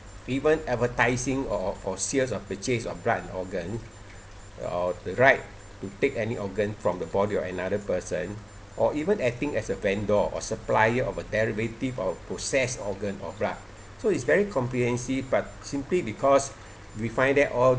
even advertising or for sales or purchase of blood and organ or the right to take any organ from the body of another person or even acting as a vendor or supplier of a derivative of processed organ or blood so it's very comprehensive but simply because we find that all